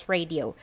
Radio